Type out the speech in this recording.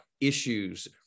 issues